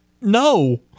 No